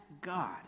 God